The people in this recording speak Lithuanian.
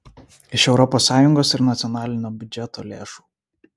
iš europos sąjungos ir nacionalinio biudžeto lėšų